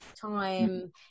time